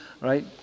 right